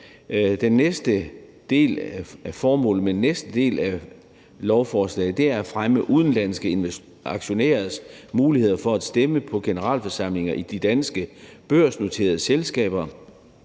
da også her. Formålet med den næste del af lovforslaget er at fremme udenlandske aktionærers mulighed for at stemme på generalforsamlinger i de danske børsnoterede selskaber